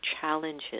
challenges